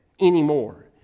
anymore